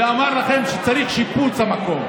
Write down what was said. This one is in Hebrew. אמר לכם שצריך שיפוץ, המקום.